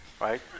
right